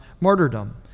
martyrdom